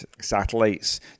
satellites